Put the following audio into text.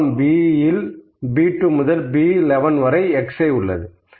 column B இல் B2 முதல் B11 வரை xi உள்ளது